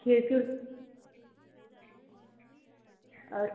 खिड़की उड़की और